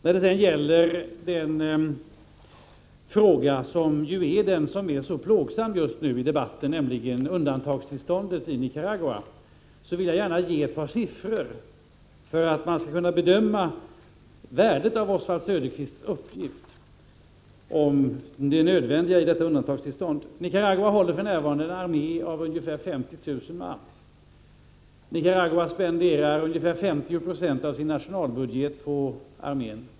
När det gäller den fråga som är den mest plågsamma i debatten just nu, nämligen undantagstillståndet i Nicaragua, vill jag gärna nämna ett par siffror för att man skall kunna bedöma värdet av Oswald Söderqvists uppgift om det nödvändiga i detta undantagstillstånd. Nicaragua har för närvarande en armé av ungefär 50 000 man. Nicaragua spenderar ungefär 50 96 av sin nationalbudget på armén.